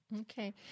Okay